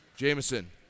Jameson